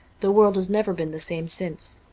the world has never been the same since.